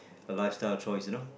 a lifestyle choice you know